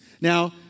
Now